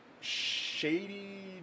shady